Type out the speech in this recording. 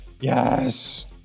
Yes